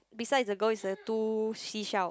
beside the girl is the two seashell